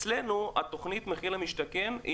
אצלנו תוכנית "מחיר למשתכן",